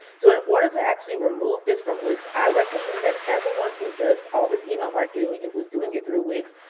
so in order to actually remove this from wix, i recommend that everyone who does all this email marketing and who's doing it through wix,